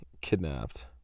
kidnapped